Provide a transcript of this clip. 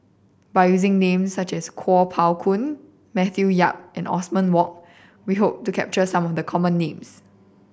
by using names such as Kuo Pao Kun Matthew Yap and Othman Wok we hope to capture some of the common names